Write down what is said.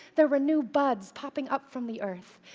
there were new buds popping up from the earth.